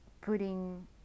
putting